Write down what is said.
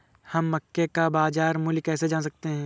हम मक्के का बाजार मूल्य कैसे जान सकते हैं?